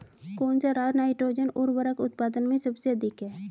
कौन सा राज नाइट्रोजन उर्वरक उत्पादन में सबसे अधिक है?